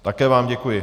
Také vám děkuji.